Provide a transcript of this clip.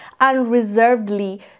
unreservedly